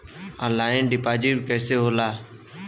Online deposit कैसे होला?